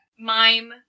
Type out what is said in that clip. mime